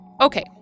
Okay